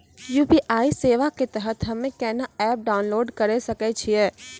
UPI सेवा के तहत हम्मे केना एप्प डाउनलोड करे सकय छियै?